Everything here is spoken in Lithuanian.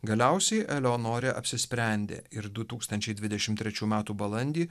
galiausiai eleonorė apsisprendė ir du tūkstančiai dvidešimt trečių metų balandį